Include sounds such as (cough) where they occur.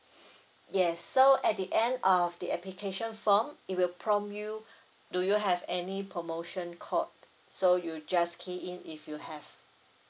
(breath) yes so at the end of the application form it will prompt you do you have any promotion code so you just key in if you have